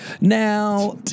Now